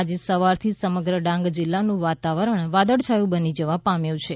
આજે સવારથી જ સમગ્ર ડાંગ જિલ્લાનું વાતાવરણ વાદળછાયું બની જવા પામ્યું છે